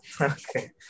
Okay